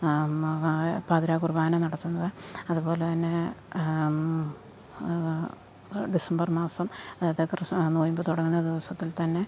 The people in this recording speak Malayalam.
മവായ പാതിരാ കുർബ്ബാന നടത്തുന്നത് അതുപോലെ തന്നെ ഡിസംബർ മാസം അതായത് നൊയമ്പ് തുടങ്ങുന്ന ദിവസത്തിൽ തന്നെ